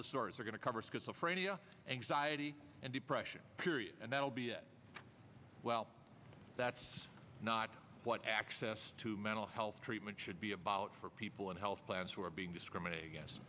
disorders are going to cover schizophrenia anxiety and depression period and that'll be well that's not what access to mental health treatment should be about for people in health plans who are being discriminated against